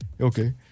Okay